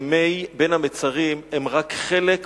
ימי בין המצרים הם רק חלק